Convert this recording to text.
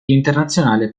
internazionale